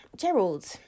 Gerald